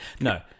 no